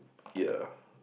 ya